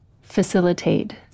facilitate